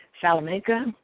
Salamanca